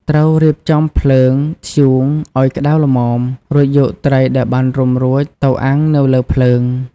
ត្រូវរៀបចំភ្លើងធ្យូងឲ្យក្តៅល្មម រួចយកត្រីដែលបានរុំរួចទៅអាំងនៅលើភ្លើង។